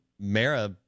Mara